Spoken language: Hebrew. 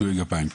קטועי גפיים.